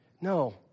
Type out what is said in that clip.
No